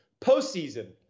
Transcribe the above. Postseason